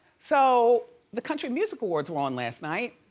so the country music awards were on last night.